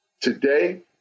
Today